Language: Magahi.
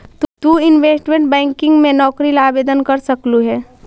तु इनवेस्टमेंट बैंकिंग में नौकरी ला आवेदन कर सकलू हे